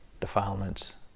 defilements